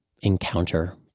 encounter